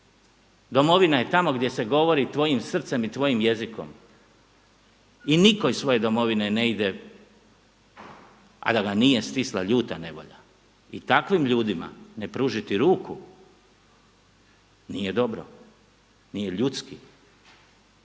Domovina je tamo gdje se govori tvojim srcem i tvojim jezikom i nitko iz svoje Domovine ne ide a da ga nije stisla ljuta nevolja. I takvim ljudima ne pružiti ruku nije dobro, nije ljudski.